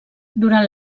durant